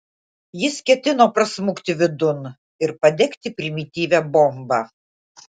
jis ketino prasmukti vidun ir padegti primityvią bombą